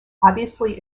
obviously